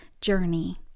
journey